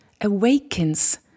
awakens